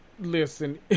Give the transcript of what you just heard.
Listen